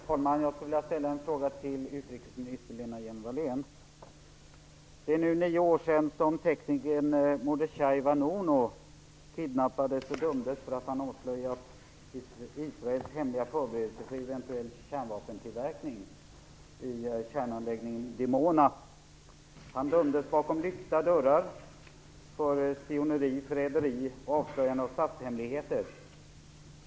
Fru talman! Jag skulle vilja ställa en fråga till utrikesminister Lena Hjelm-Wallén. Det är nu nio år sedan teknikern Mordechai Vanunu kidnappades och dömdes för att han avslöjat Israels hemliga förberedelse för eventuell kärnvapentillverkning i kärnanläggningen Dimona. Han dömdes bakom lyckta dörrar för spioneri, förräderi och avslöjande av statshemligheter.